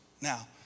Now